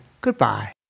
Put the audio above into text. goodbye